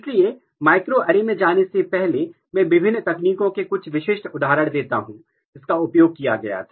इसलिए माइक्रोएरे में जाने से पहले मैं विभिन्न तकनीकों के कुछ विशिष्ट उदाहरण देता हूं जिसका उपयोग किया गया था